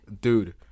Dude